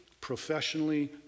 professionally